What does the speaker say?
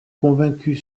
convaincu